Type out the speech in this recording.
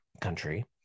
country